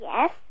Yes